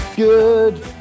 Good